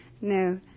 No